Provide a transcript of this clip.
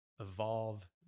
Evolve